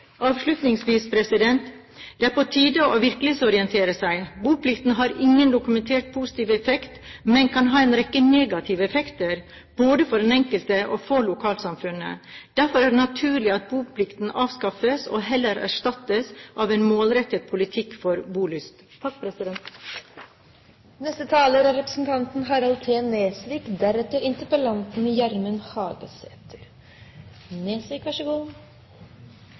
Avslutningsvis: Det er på tide å virkelighetsorientere seg. Boplikten har ingen dokumentert positiv effekt, men kan ha en rekke negative effekter, både for den enkelte og for lokalsamfunnet. Derfor er det naturlig at boplikten avskaffes og heller erstattes av en målrettet politikk for bolyst. Etter å ha hørt på enkelte innlegg i debatten, som mer har minnet om ren bonderomantikk – hvor fantastisk dette blir så